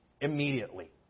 immediately